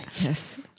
Yes